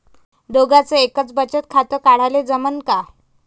दोघाच एकच बचत खातं काढाले जमनं का?